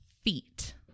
feet